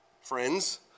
Friends